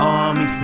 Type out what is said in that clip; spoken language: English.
army